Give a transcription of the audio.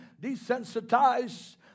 desensitized